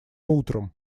утром